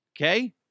okay